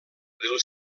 dels